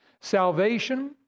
Salvation